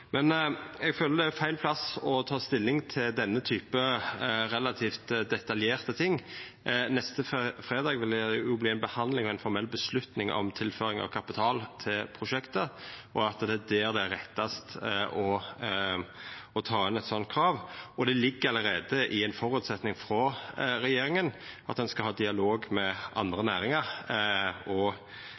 Men eg føler det er feil plass å ta stilling til denne typen relativt detaljerte ting på. Neste fredag vil det verta ei behandling og ei formell avgjerd om tilføring av kapital til prosjektet, og det er der det er mest rett å ta inn eit sånt krav. Det ligg allereie i ein føresetnad frå regjeringa at ein skal ha dialog med andre næringar og